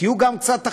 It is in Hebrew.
תהיו גם קצת אחראיים,